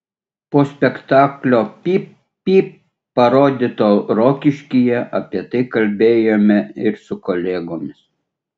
po spektaklio pyp pyp parodyto rokiškyje apie tai kalbėjome ir su kolegomis